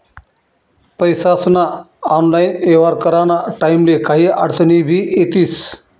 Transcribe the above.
पैसास्ना ऑनलाईन येव्हार कराना टाईमले काही आडचनी भी येतीस